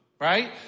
right